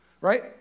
Right